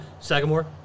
Sagamore